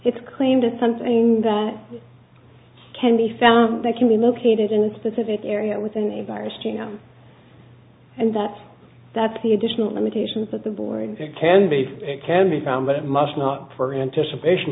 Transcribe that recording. it's a claim to something that can be found that can be located in a specific area within a virus genome and that that's the additional limitations that the boring can be it can be found but it must not for anticipation